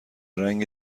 رنگ